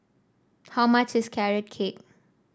how much is Carrot Cake